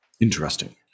Interesting